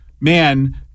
man